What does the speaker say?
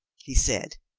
he said.